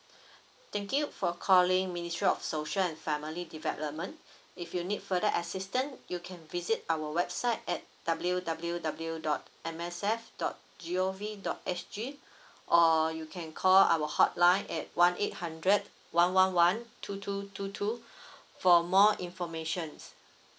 thank you for calling ministry of social and family development if you need further assistance you can visit our website at W W W dot M S F dot G O V dot S G or you can call our hotline at one eight hundred one one one two two two two for more informations